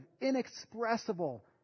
inexpressible